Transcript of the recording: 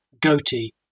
goatee